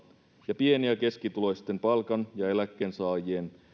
ja pieni ja keskituloisten palkan ja eläkkeensaajien